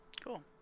Cool